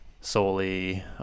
solely